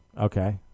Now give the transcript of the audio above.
Okay